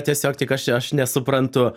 tiesiog tik aš aš nesuprantu